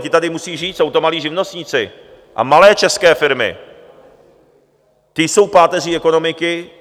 Ti tady musí žít, jsou to malí živnostníci a malé české firmy, ti jsou páteří ekonomiky.